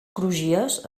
crugies